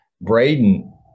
Braden